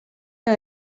que